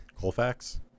Colfax